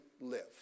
live